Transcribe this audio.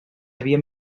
havia